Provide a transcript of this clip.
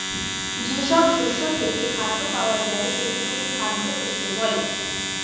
যেসব শস্য থেকে খাদ্য পাওয়া যায় সেগুলোকে খাদ্য শস্য বলে